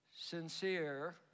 sincere